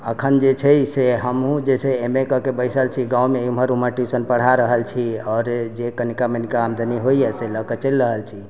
एखन जे छै से हमहुँ जाहिसँ एम ए कऽ के बैसल छी गाँवमे एम्हर ओम्हर ट्यूशन पढ़ा रहल छी आओर जे कनिका मनिका आमदनी होइए एहिसँ लअ के चलि रहल छी